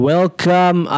Welcome